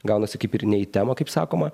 gaunasi kaip ir nei į temą kaip sakoma